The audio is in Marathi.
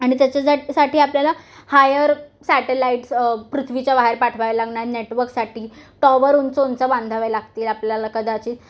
आणि त्याच्यासाठी आपल्याला हायर सॅटेलाईट्स पृथ्वीच्या वाहेर पाठवायला लागणार नेटवर्कसाठी टॉवर उंच उंच बांधावे लागतील आपल्याला कदाचित